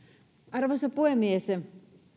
arvoisa puhemies